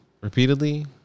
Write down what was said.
repeatedly